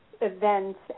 events